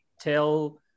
tell